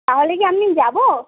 তাহলে কি আমি যাব